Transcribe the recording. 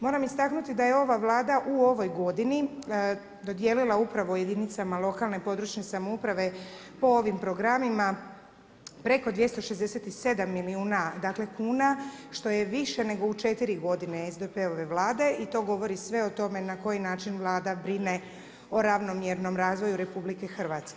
Moram istaknuti da je ova Vlada u ovoj godini dodijelila upravo jedinicama lokalne i područne samouprave po ovim programima, preko 267 milijuna dakle kuna, što je više nego u 4 godine SDP-ove Vlade, i to govori sve o tome na koji način Vlada brine o ravnomjernom razvoju RH.